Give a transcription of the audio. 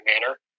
manner